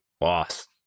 lost